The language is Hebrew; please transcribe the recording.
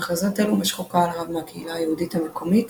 מחזות אלו משכו קהל רב מהקהילה היהודית המקומית